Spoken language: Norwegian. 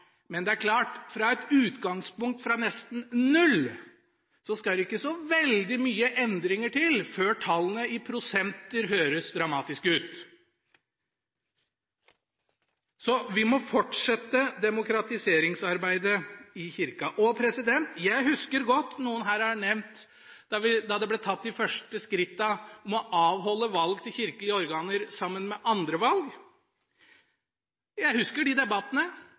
men det er klart at fra et utgangspunkt på nesten null skal det ikke så veldig mange økninger til før tallene i prosent høres dramatiske ut. Så vi må fortsette demokratiseringsarbeidet i Kirka. Noen her har snakket om da de første skrittene mot å avholde valg i kirkelige organer sammen med andre valg ble tatt. Jeg husker de debattene.